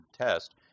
test –